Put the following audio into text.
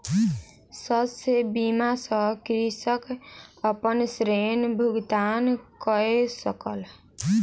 शस्य बीमा सॅ कृषक अपन ऋण भुगतान कय सकल